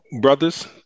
brothers